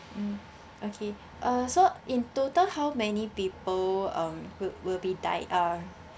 mm okay uh so in total how many people um will will be dine uh